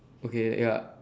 okay ya